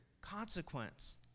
consequence